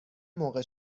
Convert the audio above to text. موقع